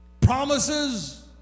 Promises